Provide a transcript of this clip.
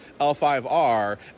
L5R